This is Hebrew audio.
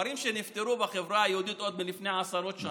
דברים שנפתרו בחברה היהודית עוד לפני עשרות שנים: